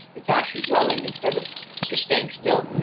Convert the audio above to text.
it's actually growing instead of just staying still.